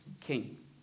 king